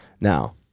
Now